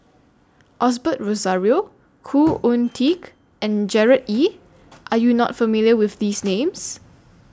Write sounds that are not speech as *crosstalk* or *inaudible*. Osbert Rozario *noise* Khoo Oon Teik and Gerard Ee Are YOU not familiar with These Names